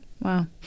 Wow